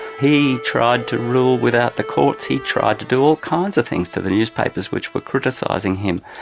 he tried to rule without the courts, he tried to do all kinds of things to the newspapers which were criticising him.